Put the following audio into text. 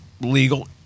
legal